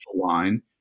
line